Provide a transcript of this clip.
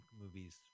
movies